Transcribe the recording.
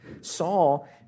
Saul